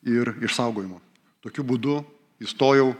ir išsaugojimo tokiu būdu įstojau